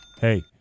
Hey